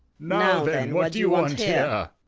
now then, what do you want here?